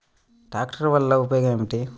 ట్రాక్టర్ల వల్ల ఉపయోగం ఏమిటీ?